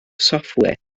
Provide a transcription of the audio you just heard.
software